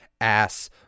ass